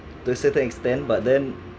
the certain extent but then